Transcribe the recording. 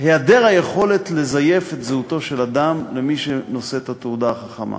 האי-יכולת לזייף את זהותו של אדם הנושא את התעודה החכמה.